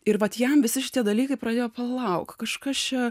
ir vat jam visi šitie dalykai pradėjo palauk kažkas čia